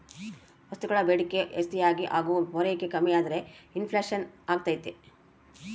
ವಸ್ತುಗಳ ಬೇಡಿಕೆ ಜಾಸ್ತಿಯಾಗಿ ಹಾಗು ಪೂರೈಕೆ ಕಮ್ಮಿಯಾದ್ರೆ ಇನ್ ಫ್ಲೇಷನ್ ಅಗ್ತೈತೆ